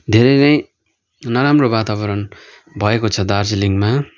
धेरै नै नराम्रो वातावरण भएको छ दार्जिलिङमा